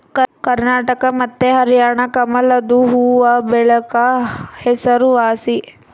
ಕರ್ನಾಟಕ ಮತ್ತೆ ಹರ್ಯಾಣ ಕಮಲದು ಹೂವ್ವಬೆಳೆಕ ಹೆಸರುವಾಸಿ